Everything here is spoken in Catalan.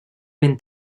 ben